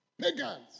pagans